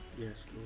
Yes